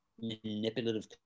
manipulative